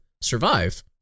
survive